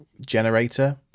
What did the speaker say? generator